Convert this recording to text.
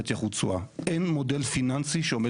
להשכיר, שזה